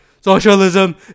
Socialism